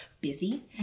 busy